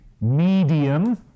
medium